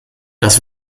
das